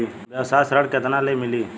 व्यवसाय ऋण केतना ले मिली?